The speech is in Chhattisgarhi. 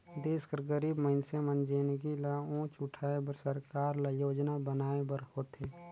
देस कर गरीब मइनसे कर जिनगी ल ऊंच उठाए बर सरकार ल योजना बनाए बर होथे